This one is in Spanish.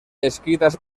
escritas